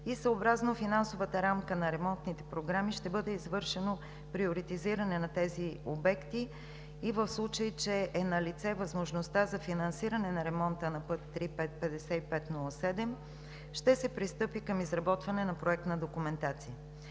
и съобразно финансовата рамка на ремонтните програми ще бъде извършено приоритизиране на тези обекти и в случай, че е налице възможността за финансиране на ремонта на път III-5507, ще се пристъпи към изработване на проектна документация.